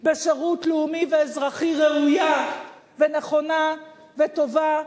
בשירות לאומי ואזרחי ראויה ונכונה וטובה,